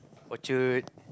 orchard